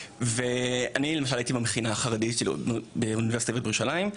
אני למשל הייתי במכינה החרדית באוניברסיטה העברית בירושלים,